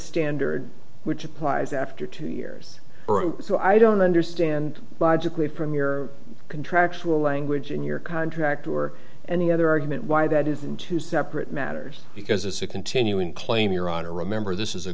standard which applies after two years so i don't understand logic with premier contractual language in your contract or any other argument why that isn't two separate matters because as a continuing claim your honor remember this